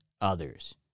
others